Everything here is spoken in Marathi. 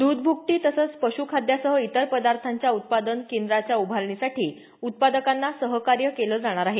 द्रध भुकटी तसंच पशुखाद्यासह इतर पदार्थांच्या उत्पादन केंद्रांच्या उभारणीसाठी उत्पादकांना सहकार्य केलं जाणार आहे